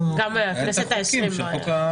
גם בכנסת ה-20 לא היה.